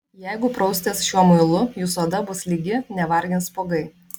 jeigu prausitės šiuo muilu jūsų oda bus lygi nevargins spuogai